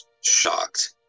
shocked